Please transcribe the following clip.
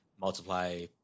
multiply